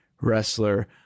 wrestler